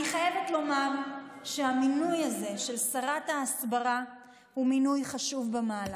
אני חייבת לומר שהמינוי הזה של שרת ההסברה הוא מינוי חשוב במעלה.